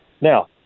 Now